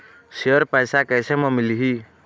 Share पैसा कैसे म मिलही?